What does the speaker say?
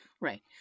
Right